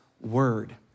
word